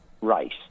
race